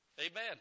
Amen